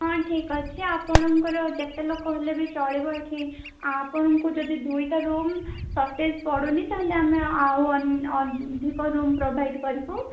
ହଁ ଠିକ୍ ଅଛି ଆପଣଙ୍କର ଯେତେଲୋକ ହେଲେ ବି ଚଳିବ ଏଇଠି ଆପଣଙ୍କୁ ଯଦି ଦୁଇଟା ରୁମ୍ ସଟେଜ୍ ପଡ଼ୁନି ତା'ହେଲେ ଆମେ ଆଉ ଅଧିକ ରୁମ୍ ପ୍ରୋଭାଇଡ଼୍ କରିବୁ